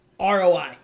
ROI